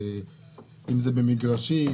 אם זה במגרשים,